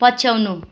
पछ्याउनु